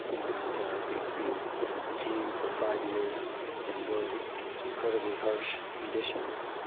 you know and being being detained for five years in those incredibly harsh conditions,